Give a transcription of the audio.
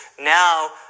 now